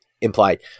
implied